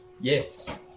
Yes